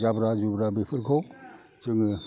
जाब्रा जुब्रा बेफोरखौ जोङो